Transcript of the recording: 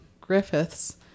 Griffith's